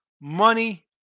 money